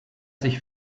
sich